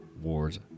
Wars